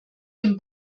dem